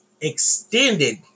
extended